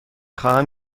خواهم